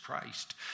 Christ